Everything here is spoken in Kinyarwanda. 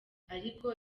ariko